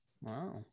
Wow